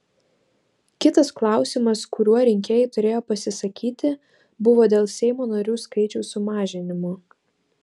kitas klausimas kuriuo rinkėjai turėjo pasisakyti buvo dėl seimo narių skaičiaus sumažinimo